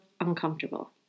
uncomfortable